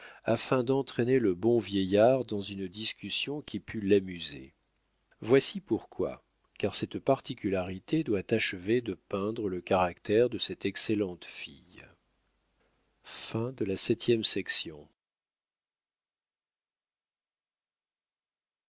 afin d'entraîner le bon vieillard dans une discussion qui pût l'amuser voici pourquoi car cette particularité doit achever de peindre le caractère de cette excellente fille